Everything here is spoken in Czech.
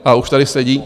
A už tady sedí...